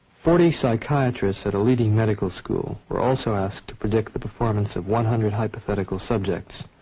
forty psychiatrists at a leading medical school were also asked to predict the performance of one hundred hypothetical subjects.